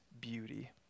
beauty